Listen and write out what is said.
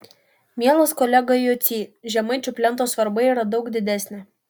mielas kolega v jocy žemaičių plento svarba yra daug didesnė